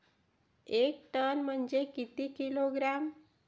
एक टन म्हनजे किती किलोग्रॅम?